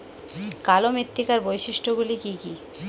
কালো মৃত্তিকার বৈশিষ্ট্য গুলি কি কি?